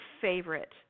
favorite